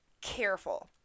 careful